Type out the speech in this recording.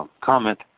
comment